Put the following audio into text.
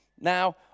Now